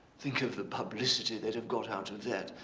think of the publicity that have got out of that?